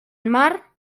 mar